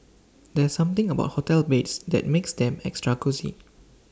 there's something about hotel beds that makes them extra cosy